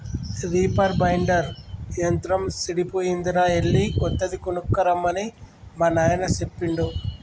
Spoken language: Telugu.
రిపర్ బైండర్ యంత్రం సెడిపోయిందిరా ఎళ్ళి కొత్తది కొనక్కరమ్మని మా నాయిన సెప్పిండు